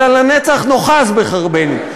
אלא "לנצח נאחז בחרבנו".